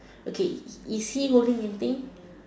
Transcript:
okay is he holding anything